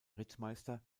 rittmeister